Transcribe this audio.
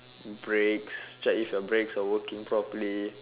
brakes check if your brakes are working properly